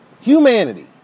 Humanity